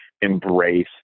embrace